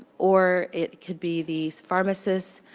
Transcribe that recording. or it could be the pharmacists